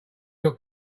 your